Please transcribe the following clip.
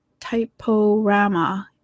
Typorama